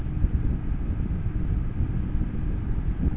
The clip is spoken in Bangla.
অল্প টাকার জৈব সার দিয়া কেমন করি আলু চাষ সম্ভব?